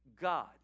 God